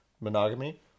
Monogamy